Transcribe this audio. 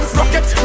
rocket